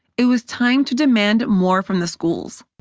it was time to demand more from the schools